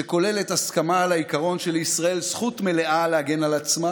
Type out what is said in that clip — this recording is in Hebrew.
שכוללת הסכמה על העיקרון שלישראל זכות מלאה להגן על עצמה